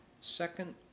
Second